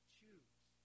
choose